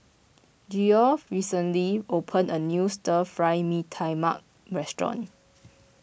Geoff recently opened a new Stir Fry Mee Tai Mak restaurant